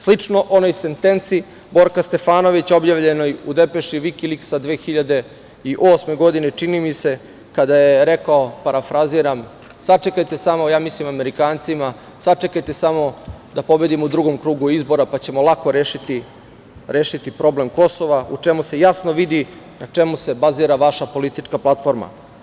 Slično onoj sentenci Borka Stefanovića, objavljenoj u depeši Vikiliksa 2008. godine, čini mi se, kada je rekao parafraziram, sačekajte, ja mislim Amerikancima - sačekajte samo da pobedimo u drugom krugu izbora pa ćemo lako rešiti problem Kosova, u čemu se jasno vidi na čemu se bazira vaša politička platforma.